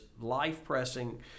life-pressing